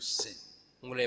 sin